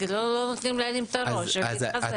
לא נותנים להרים את הראש, להתייצב.